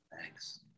Thanks